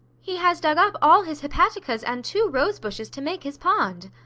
he has dug up all his hepaticas and two rose-bushes to make his pond.